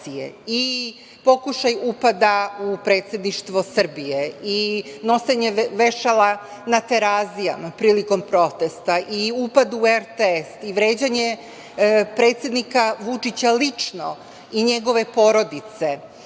i pokušaj upada u Predsedništvo Srbije, nošenje vešala na Terazijama prilikom protesta, upad u RTS, vređanje predsednika Vučića lično i njegove porodice